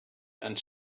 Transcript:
and